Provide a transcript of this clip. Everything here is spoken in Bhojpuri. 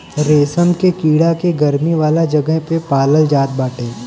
रेशम के कीड़ा के गरमी वाला जगह पे पालाल जात बाटे